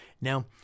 now